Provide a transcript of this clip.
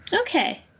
Okay